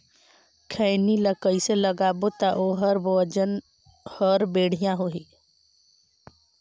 खैनी ला कइसे लगाबो ता ओहार वजन हर बेडिया होही?